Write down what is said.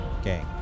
Okay